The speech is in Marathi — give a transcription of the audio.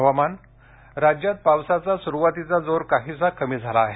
हवामान राज्यात पावसाचा सुरुवातीचा जोर काहिसा कमी झाला आहे